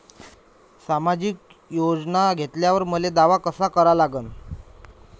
सामाजिक योजना घेतल्यावर मले दावा कसा करा लागन?